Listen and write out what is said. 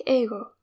ego